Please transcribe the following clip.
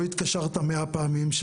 לא התקשרת 100 פעמים.